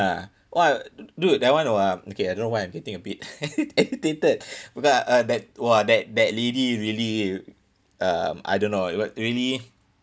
!wah! dude that [one] !wah! okay I don't know why I'm getting a bit agitated because uh that !wah! that that lady really um I don't know it was really